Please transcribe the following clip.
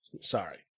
sorry